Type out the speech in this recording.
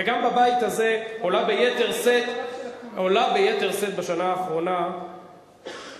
גם בבית הזה עולה ביתר שאת בשנה האחרונה שאלת